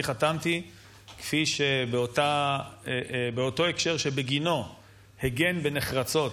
אני חתמתי באותו הקשר שבגינו הגן בנחרצות